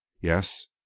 Yes